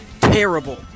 terrible